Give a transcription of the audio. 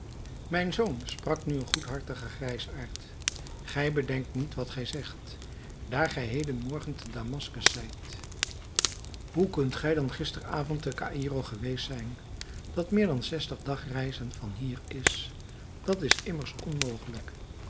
mijn zoon sprak nu een goedhartige grijsaard gij bedenkt niet wat gij zegt daar gij heden morgen te damaskus zijt hoe kunt gij dan gisteren avond te caïro geweest zijn dat meer dan zestig dagreizen van hier ligt dat is immers onmogelijk